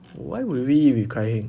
why would we with kai heng